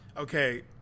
Okay